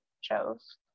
shows